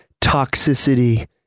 toxicity